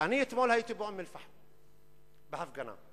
הייתי באום-אל-פחם בהפגנה.